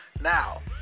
now